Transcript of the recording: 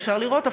אפשר לראות,